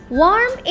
warm